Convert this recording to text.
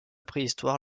préhistoire